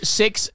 six